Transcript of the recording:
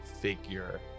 figure